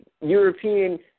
European